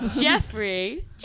Jeffrey